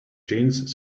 jeans